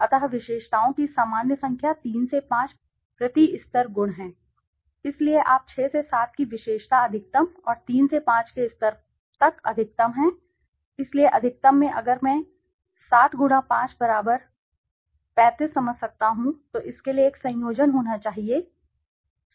अतः विशेषताओं की सामान्य संख्या 3 से 5 प्रति स्तर के स्तर प्रति गुण है इसलिए आप 6 से 7 की विशेषता अधिकतम और 3 से 5 के स्तर तक अधिकतम हैं इसलिए अधिकतम में अगर मैं 7 5 35 समझ सकता हूं तो इसके लिए एक संयोजन होना चाहिए केवल एक मामला